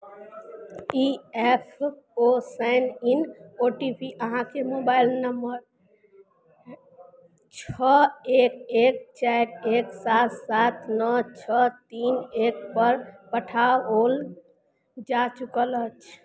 E F O sign in O T P अहाँके mobile number छओ एक एक चारि एक सात सात नओ छओ तीन एकपर पठाओल जा चुकल अछि